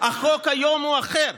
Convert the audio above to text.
החוק היום הוא אחר.